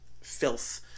filth